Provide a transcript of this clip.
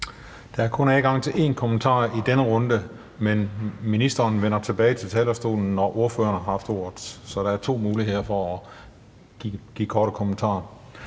Der er kun adgang til én kommentar i denne runde, men ministeren vender tilbage til talerstolen, når ordførerne har haft ordet. Så der er to muligheder for at komme med korte bemærkninger.